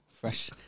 fresh